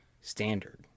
standard